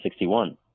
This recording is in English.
1961